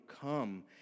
come